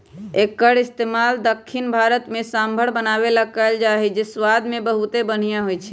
एक्कर इस्तेमाल दख्खिन भारत में सांभर बनावे ला कएल जाई छई जे स्वाद मे बहुते बनिहा होई छई